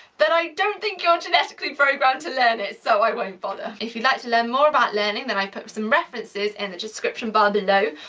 but i don't think you're genetically programmed to learn it. so i won't bother. if you'd like to learn more about learning then i put some references in and the description bar below.